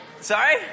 Sorry